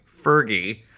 Fergie